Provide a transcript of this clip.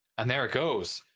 and there it goes.